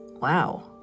Wow